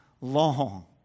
long